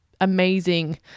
amazing